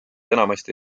enamasti